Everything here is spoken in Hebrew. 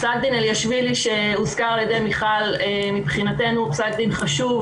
פסק דין אליאשווילי שהוזכר על ידי מיכל מבחינתנו הוא פסק דין חשוב,